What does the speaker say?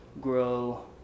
grow